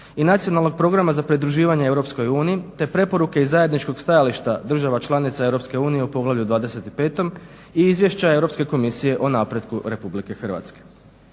i Nacionalnog programa za pridruživanje Europskoj uniji te preporuke iz zajedničkog stajališta država članica Europske unije u poglavlju 25. i izvješća Europske komisije o napretku Republike Hrvatske.